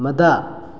ꯃꯗꯥ